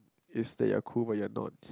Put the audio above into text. you stay you are cool but you're not